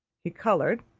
he coloured,